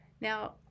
now